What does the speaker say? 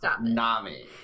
Nami